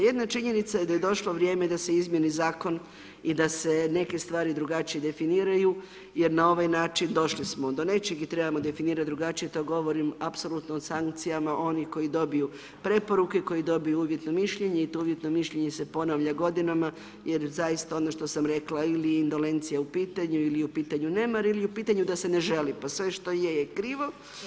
Jedna činjenica je da je došlo vrijeme da se izmijeni zakon i da se neke stvari drugačije definiraju jer na ovaj način došli smo do nečeg i trebamo definirat drugačije, to govorim apsolutno o sankcijama onih koji dobiju preporuke, koji dobiju uvjetno mišljenje i to uvjetno mišljenje se ponavlja godinama jer zaista ono što sam rekla, ili je indolencija u pitanju ili u pitanju nemar ili je u pitanju da se ne želi, pa sve što je je krivo.